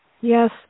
Yes